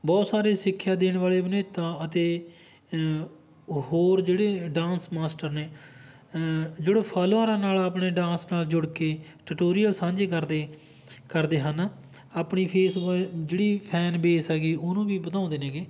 ਬਹੁਤ ਸਾਰੇ ਸਿੱਖਿਆ ਦੇਣ ਵਾਲੇ ਅਭਿਨੇਤਾ ਅਤੇ ਹੋਰ ਜਿਹੜੇ ਡਾਂਸ ਮਾਸਟਰ ਨੇ ਜਿਹੜੇ ਫੋਲੋਅਰਾਂ ਨਾਲ ਆਪਣੇ ਡਾਂਸ ਨਾਲ ਜੁੜ ਕੇ ਟਟੋਰੀਅਲ ਸਾਂਝੇ ਕਰਦੇ ਕਰਦੇ ਹਨ ਆਪਣੀ ਫੇਸ ਮਤਲਬ ਜਿਹੜੀ ਫੈਨ ਬੇਸ ਹੈਗੀ ਉਹਨੂੰ ਵੀ ਵਧਾਉਂਦੇ ਨੇਗੇ